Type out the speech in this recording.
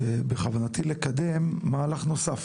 שבכוונתי לקדם מהלך נוסף.